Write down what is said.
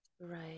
Right